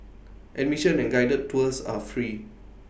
admission and guided tours are free